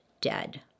dead